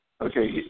Okay